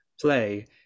play